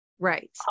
Right